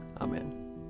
Amen